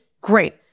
Great